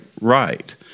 right